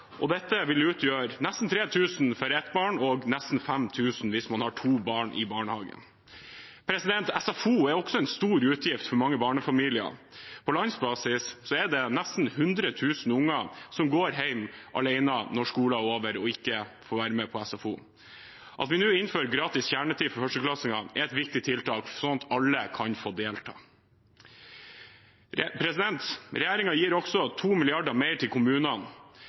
Dette vil utgjøre nesten 3 000 kr i året for ett barn og nesten 5 000 kr hvis man har to barn i barnehagen. SFO er også en stor utgift for mange barnefamilier. På landsbasis er det nesten 100 000 barn som går hjem alene når skolen er over, og som ikke får være med på SFO. At vi nå innfører gratis kjernetid for førsteklassingene, er et viktig tiltak for at alle skal kunne delta. Regjeringen gir også 2 mrd. kr mer til kommunene